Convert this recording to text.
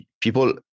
people